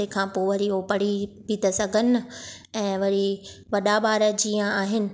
तंहिंखां पोइ वरी उहे पढ़ी बि त सघनि ऐं वरी वॾा ॿार जीअं आहिनि